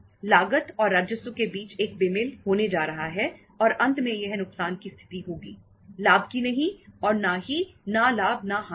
लागत और राजस्व के बीच एक बेमेल होने जा रहा है और अंत में यह नुकसान की स्थिति होगी लाभ की नहीं और ना ही ना लाभ ना हानि की